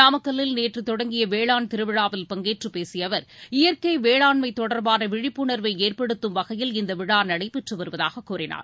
நாமக்கல்லில் நேற்று தொடங்கிய வேளாண் திருவிழாவில் பங்கேற்று பேசிய அவர் இயற்கை வேளாண்மை தொடர்பான விழிப்புணர்வை ஏற்படுத்தும் வகையில் இந்த விழா நடைபெற்று வருவதாக கூறினார்